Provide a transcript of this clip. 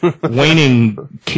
waning